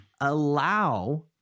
allow